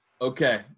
Okay